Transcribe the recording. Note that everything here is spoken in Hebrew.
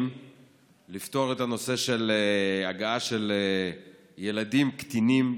לפתור את הנושא של הגעה של ילדים קטינים,